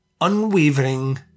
Unwavering